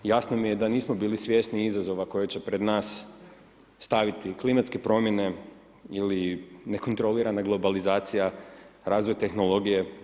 Jasno mi je da nismo bili svjesni izazova koji će pred nas staviti klimatske promjene ili nekontrolirana globalizacija, razvoj tehnologije.